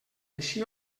així